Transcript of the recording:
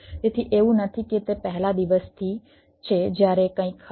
તેથી એવું નથી કે તે પહેલા દિવસથી છે જ્યારે કંઈક હતું